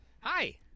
Hi